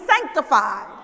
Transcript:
sanctified